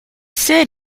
said